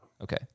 Okay